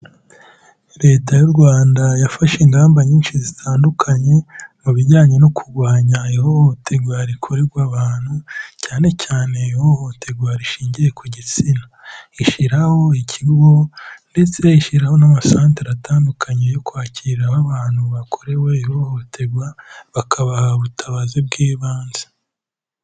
Leta y'u Rwanda, yafashe ingamba nyinshi zitandukanye, mu bijyanye no kurwanya ihohoterwa rikorerwa abantu, cyane cyane ihohoterwa rishingiye ku gitsina. Ishyiraho ikigo, ndetse ishyiraho n'amasantere atandukanye yo kwakirariho abantu bakorewe ihohoterwa, bakabaha ubutabazi bw'ibanze.